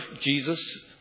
Jesus